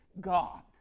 God